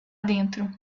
dentro